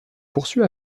poursuit